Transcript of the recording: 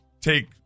take